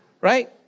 right